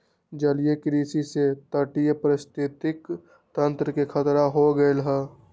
जलीय कृषि से तटीय पारिस्थितिक तंत्र के खतरा हो गैले है